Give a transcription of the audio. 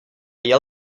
jel